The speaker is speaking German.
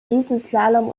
riesenslalom